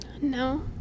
No